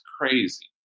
crazy